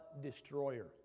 destroyer